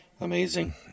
amazing